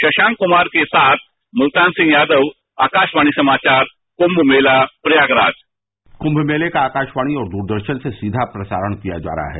शशांक कुमार के साथ मुल्तान सिंह आकाशवाणी समाचार कुम्भ मेला प्रयागराज कुम्भ मेले का आकाशवाणी और दूरदर्शन से सीधा प्रसारण किया जा रहा है